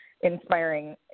inspiring